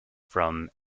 from